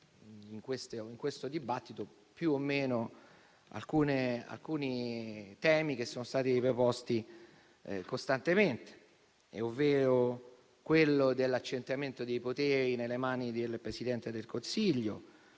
in questo dibattito, più o meno gli stessi temi che sono stati riproposti costantemente, ovvero l'accentramento dei poteri nelle mani del Presidente del Consiglio,